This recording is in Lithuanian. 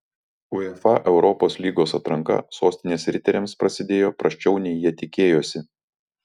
uefa europos lygos atranka sostinės riteriams prasidėjo prasčiau nei jie tikėjosi